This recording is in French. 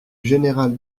général